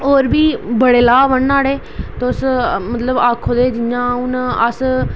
ते होर बी बड़े लाभ न न्हाड़े ते तुस मतलब आक्खो ते जि'यां हून अस